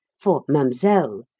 for mademoiselle,